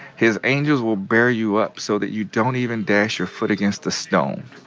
his angels will bear you up so that you don't even dash your foot against the stone